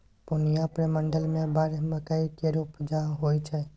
पूर्णियाँ प्रमंडल मे बड़ मकइ केर उपजा होइ छै